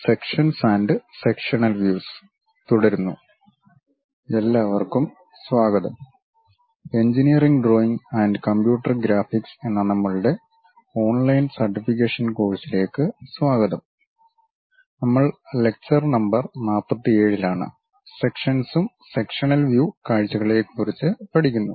sections and sectional views തുടരുന്നു എല്ലാവർക്കും സ്വാഗതം engineering drawing and computer graphics എന്ന നമ്മളുടെ ഓൺലൈൻ സർട്ടിഫിക്കേഷൻ കോഴ്സിലേക്ക് സ്വാഗതം നമ്മൾ ലക്ചർ നമ്പർ 47 ലാണ് സെക്ഷൻസും സെക്ഷണൽ വ്യൂ കാഴ്ചകളെയും കുറിച്ച് പഠിക്കുന്നു